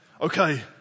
Okay